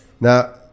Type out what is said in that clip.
Now